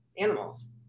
animals